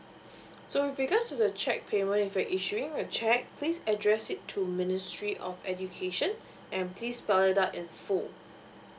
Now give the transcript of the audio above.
so with regards to the cheque payment if you're issuing a cheque please address it to ministry of education and please spell it out in full